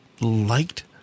liked